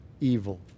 evil